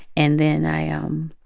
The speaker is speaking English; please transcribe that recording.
and then i ah um